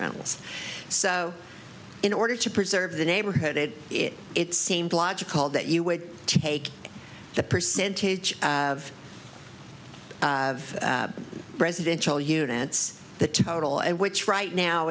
rentals so in order to preserve the neighborhood it it it seemed logical that you would take the percentage of of residential units the total and which right now